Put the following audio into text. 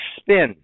spin